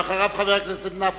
ואחריו, חבר הכנסת נפאע.